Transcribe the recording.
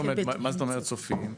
מה זאת אומרת סופיים?